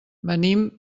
venim